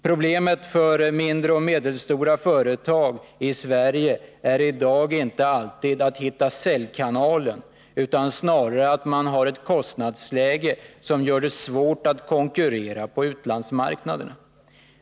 Problemet för mindre och medelstora företag i Sverige är i dag inte alltid att hitta säljkanalen utan snarare att de har ett kostnadsläge som gör det svårt att konkurrera på utlandsmarknaden.